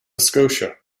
scotia